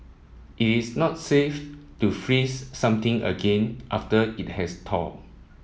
it is not safe to freeze something again after it has thawed